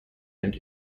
and